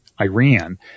Iran